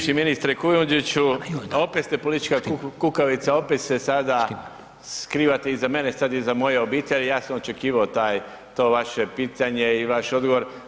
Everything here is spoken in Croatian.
Bivši ministre Kujundžiću, a opet ste politička kukavica, opet se sada skrivate iza mene, sad iza moje obitelji, ja sam očekivao taj, to vaše pitanje i vaš odgovor.